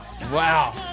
Wow